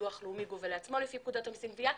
הביטוח הלאומי גובה לעצמו לפי פקודת המיסים (גבייה).